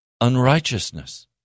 unrighteousness